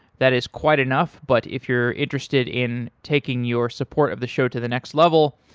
that is quite enough. but if you're interested in taking your support of the show to the next level,